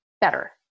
better